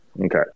Okay